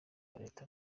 leta